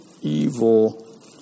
evil